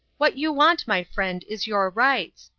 what you want, my friend, is your rights.